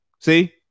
See